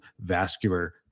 vascular